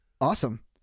Awesome